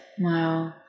Wow